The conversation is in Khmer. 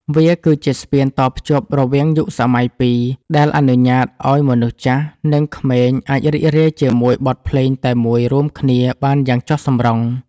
វាគឺជាស្ពានតភ្ជាប់រវាងយុគសម័យពីរ ដែលអនុញ្ញាតឱ្យមនុស្សចាស់ និងក្មេងអាចរីករាយជាមួយបទភ្លេងតែមួយរួមគ្នាបានយ៉ាងចុះសម្រុង។